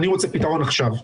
אני רוצה פתרון עכשיו.